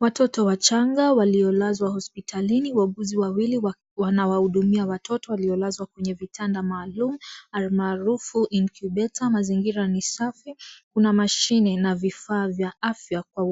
Watoto wachanga waliolazwa hospitalini. Wauguzi wawili wanawahudumia watoto waliolazwa kwenye vitanda maalum al maarufu incubator . Mazingira ni safi. Kuna mashine na vifaa vya afya kwa